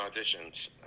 auditions